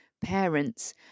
parents